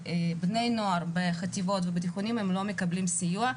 בני נוער בחטיבות ובתיכוניים לא מקבלים סיוע,